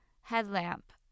headlamp